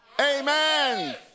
Amen